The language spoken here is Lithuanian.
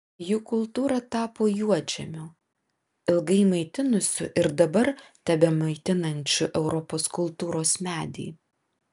jų kultūra tapo juodžemiu ilgai maitinusiu ir dabar tebemaitinančiu europos kultūros medį